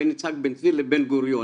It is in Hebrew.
בין יצחק בן צבי לבין בן גוריון,